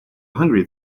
hungry